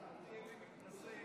אל תהיה לי מתנשא.